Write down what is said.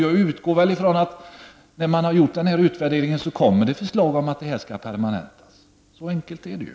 Jag utgår ifrån att det efter utvärderingen kommer ett förslag om permanentning. Så enkelt är det ju.